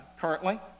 currently